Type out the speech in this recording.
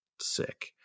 sick